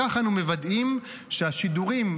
כך אנו מוודאים כי השידורים,